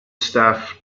staff